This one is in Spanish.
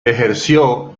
ejerció